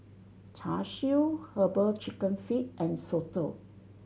Char Siu Herbal Chicken Feet and soto